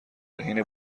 حین